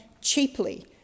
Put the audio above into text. cheaply